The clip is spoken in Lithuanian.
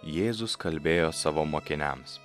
jėzus kalbėjo savo mokiniams